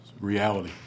reality